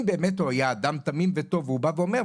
אם באמת הוא היה אדם תמים וטוב והוא בא ואומר,